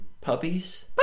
puppies